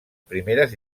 primeres